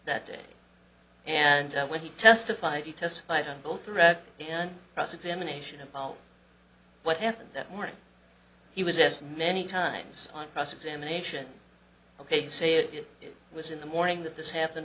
that day and when he testified he testified on both read in cross examination about what happened that morning he was asked many times on cross examination ok say it was in the morning that this happened